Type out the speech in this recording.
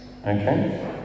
Okay